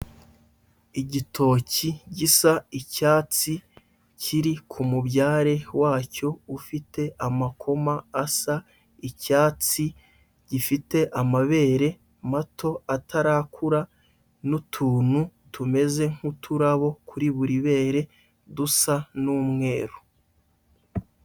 Igitoki gisa icyatsi kiri ku mubyare wacyo ufite amakoma asa icyatsi, gifite amabere mato atarakura n'utuntu tumeze nk'uturabo kuri buri bere dusa n'umweru.